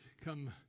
come